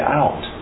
out